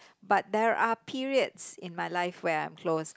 but there are periods in my life where I'm close